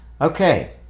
Okay